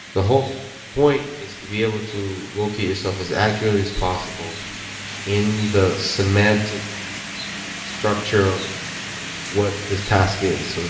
the whole point is to be able to locate yourself as accurately as possible in the semantic structure of what this task is. so